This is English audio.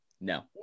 no